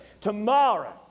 Tomorrow